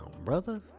brother